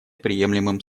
приемлемым